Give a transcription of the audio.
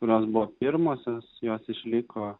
kurios buvo pirmosios jos išliko